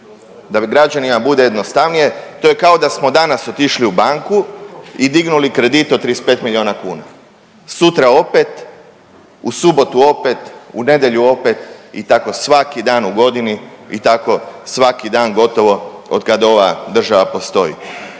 Da građanima bude jednostavnije to je kao da smo danas otišli u banku i dignuli kredit od 35 milijuna kuna. Sutra opet, u subotu opet, u nedjelju opet i tako svaki dan u godini i tako svaki dan gotovo od kad ova država postoji.